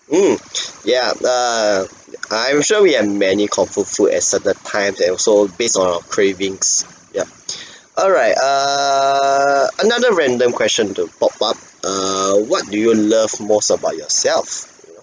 mm ya err I am sure we have many comfort food at certain times and also based on our cravings ya alright err another random question to pop up err what do you love most about yourself you know